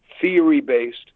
theory-based